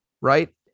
right